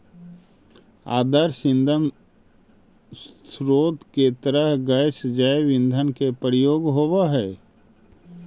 आदर्श ईंधन स्रोत के तरह गैस जैव ईंधन के प्रयोग होवऽ हई